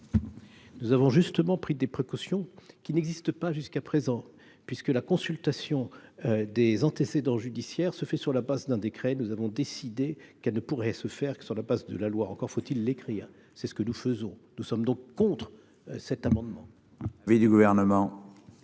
Nous avons pris des précautions qui n'existaient pas jusqu'à présent, puisque la consultation des antécédents judiciaires se fait sur la base d'un décret. Nous avons décidé qu'elle ne pourrait se faire que sur la base de la loi, mais encore faut-il le prévoir explicitement, et c'est ce que nous faisons. Nous sommes donc opposés à cet amendement.